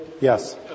Yes